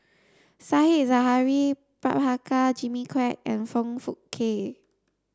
Said Zahari Prabhakara Jimmy Quek and Foong Fook Kay